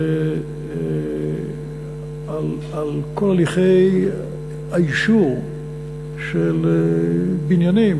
כל הליכי האישור של בניינים,